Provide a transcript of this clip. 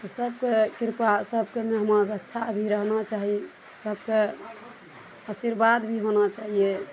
तऽ सबके किरपा सबके मेहमा रक्षा भी रहना चाही सबके अशीर्वाद भी होना चाहिए